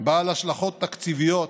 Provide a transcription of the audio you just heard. בעל השלכות תקציביות,